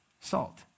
Salt